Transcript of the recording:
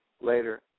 later